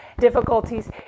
difficulties